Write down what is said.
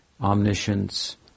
omniscience